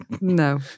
No